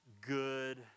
good